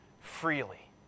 freely